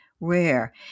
rare